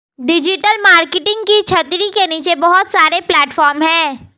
digital marketing की छतरी के नीचे बहुत सारे प्लेटफॉर्म हैं